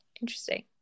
Interesting